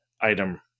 item